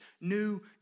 new